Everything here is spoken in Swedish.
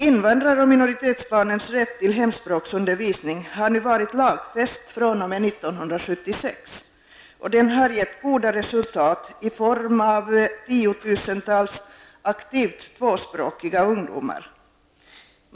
Invandrar och minoritetsbarnens rätt till hemspråksundervisning har varit lagfäst sedan 1976, och den har gett goda resultat i form av tiotusentals aktivt tvåspråkiga ungdomar.